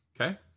Okay